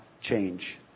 change